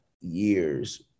years